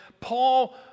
Paul